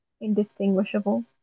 indistinguishable